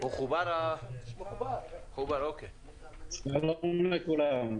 שלום לכולם.